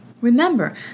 Remember